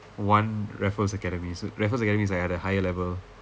one raffles academy so raffles academy is like at a higher level